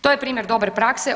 To je primjer dobre prakse.